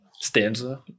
stanza